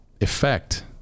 effect